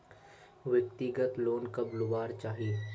व्यक्तिगत लोन कब लुबार चही?